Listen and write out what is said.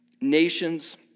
Nations